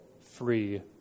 free